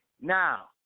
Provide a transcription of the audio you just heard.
Now